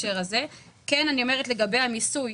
לגבי המיסוי,